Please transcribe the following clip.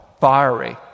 fiery